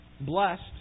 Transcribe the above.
blessed